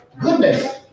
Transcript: goodness